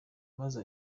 maze